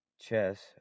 Chess